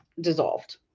dissolved